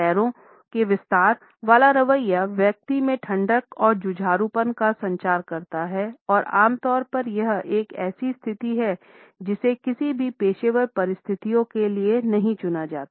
पैरों के विस्तार वाला रवैया व्यक्ति में ठंडक और जुझारूपन का संचार करता है और आम तौर पर यह एक ऐसी स्थिति है जिसे किसी भी पेशेवर परिस्थिति के लिए चुना नहीं जाता है